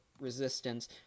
resistance